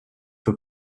für